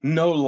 no